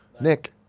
Nick